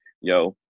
yo